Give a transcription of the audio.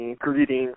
greetings